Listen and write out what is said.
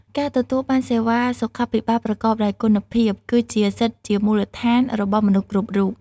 ការទទួលបានសេវាសុខាភិបាលប្រកបដោយគុណភាព គឺជាសិទ្ធិជាមូលដ្ឋានរបស់មនុស្សគ្រប់រូប។